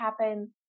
happen